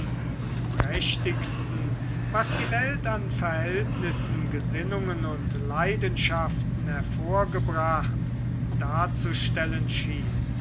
und prächtigsten was die welt an verhältnissen gesinnungen und leidenschaften hervorgebracht darzustellen schien